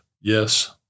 yes